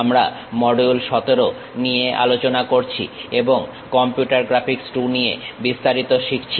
আমরা মডিউল 17 নিয়ে আলোচনা করছি এবং কম্পিউটার গ্রাফিক্স II নিয়ে বিস্তারিত শিখছি